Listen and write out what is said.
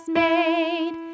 made